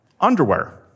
underwear